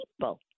people